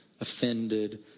offended